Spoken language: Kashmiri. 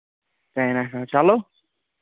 چلو